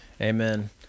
Amen